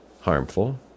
harmful